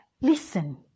listen